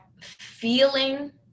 feeling